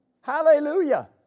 Hallelujah